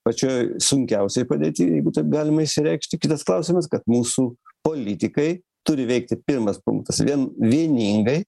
pačioj sunkiausioj padėty jeigu taip galima išreikšti kitas klausimas kad mūsų politikai turi veikti pirmas punktas vien vieningai